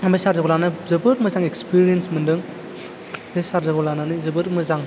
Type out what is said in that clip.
आं बे चार्जारखौ लाना जोबोर मोजां इक्सपिरेयेन्स मोनदों बे चार्जारखौ लानानै जोबोर मोजां